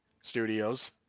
studios